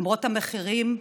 למרות המחירים,